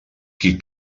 qui